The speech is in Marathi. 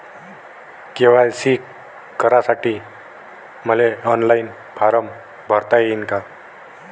के.वाय.सी करासाठी मले ऑनलाईन फारम भरता येईन का?